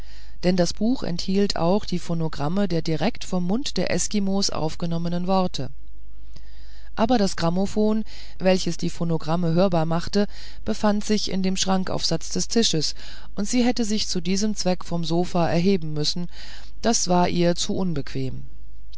denn das buch enthielt auch die phonogramme der direkt vom mund der eskimos aufgenommenen worte aber das grammophon welches die phonogramme hörbar machte befand sich in dem schrankaufsatz des tisches und sie hätte sich zu diesem zweck vom sofa erheben müssen das war ihr zu unbequem